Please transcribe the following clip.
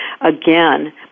again